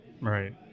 Right